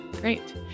Great